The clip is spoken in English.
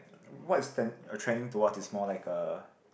what is ten~ uh trending towards is more like a